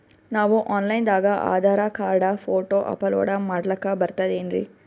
ನಾವು online ದಾಗ Aadhaar card, photo upload ಮಾಡ್ಲಕ ಬರ್ತದೇನ್ರಿ?